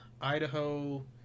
Idaho